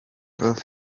prof